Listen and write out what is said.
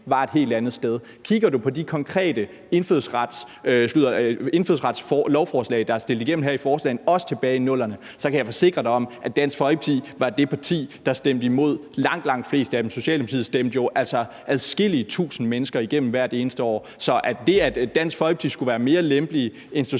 var et helt andet sted. Kigger du på de konkrete indfødsretslovforslag, der er stemt igennem, også tilbage i 00'erne, kan jeg forsikre dig om, at Dansk Folkeparti var det parti, der stemte imod langt, langt de fleste af dem. Socialdemokratiet stemte jo altså adskillige tusind mennesker igennem hvert eneste år. Så det, at Dansk Folkeparti skulle være mere lempelige end Socialdemokratiet